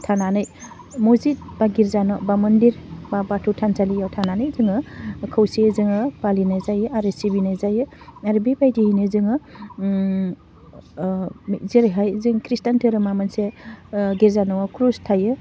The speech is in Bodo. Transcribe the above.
थानानै मजित बा गिरजा न' बा मन्दिर बा बाथौ थानसालियाव थानानै जोङो खौसेयै जोङो फालिनाय जायो आरो सिबिनाय जायो आरो बेबायदियैनो जोङो ओह ओह जेरैहाय जों खृष्टान धोरोमा मोनसे ओह गिर्जा न'आव क्रुस थायो